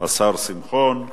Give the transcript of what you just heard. שמספרן 5422,